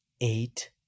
eight